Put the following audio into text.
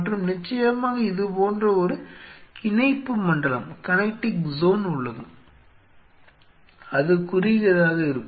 மற்றும் நிச்சயமாக இது போன்ற ஒரு இணைப்பு மண்டலம் உள்ளது அது குறுகியதாக இருக்கும்